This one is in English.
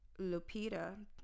Lupita